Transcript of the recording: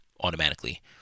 automatically